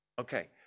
Okay